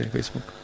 Facebook